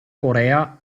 corea